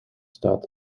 staat